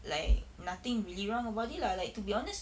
like nothing really wrong about it lah like to be honest